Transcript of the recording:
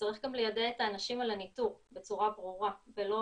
וצריך גם ליידע את האנשים על הניטור בצורה ברורה ולא